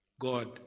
God